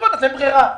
אז אין בררה.